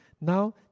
Now